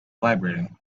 vibrating